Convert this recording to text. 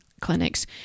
clinics